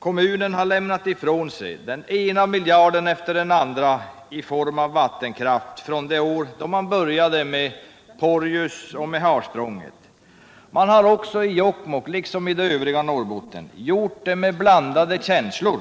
Kommunen har lämnat ifrån sig den ena miljarden efter den andra i form av vattenkraft från de år då ut 83 byggnaden av Porjus och Harsprånget började. Man har i Jokkmokk liksom i övriga Norrbotten gjort detta med blandade känslor,